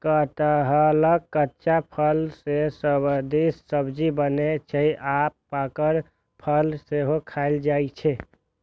कटहलक कच्चा फल के स्वादिष्ट सब्जी बनै छै आ पाकल फल सेहो खायल जाइ छै